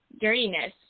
dirtiness